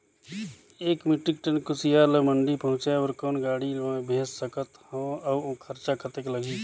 एक metric tonne कुसियार ल मंडी पहुंचाय बर कौन गाड़ी मे भेज सकत हव अउ खरचा कतेक लगही?